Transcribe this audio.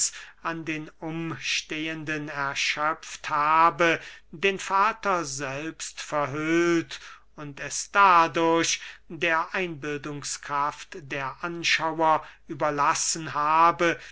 an den umstehenden erschöpft habe den vater selbst verhüllt und es dadurch der einbildungskraft der anschauer überlassen habe